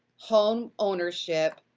home ownership,